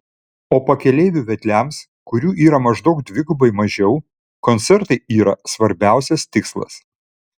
o pakeleivių vedliams kurių yra maždaug dvigubai mažiau koncertai yra svarbiausias tikslas